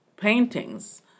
paintings